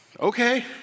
Okay